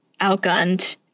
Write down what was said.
outgunned